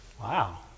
Wow